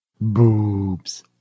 Boobs